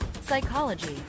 psychology